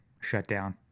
shutdown